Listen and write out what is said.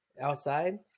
outside